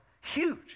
huge